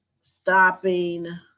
stopping